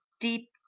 deep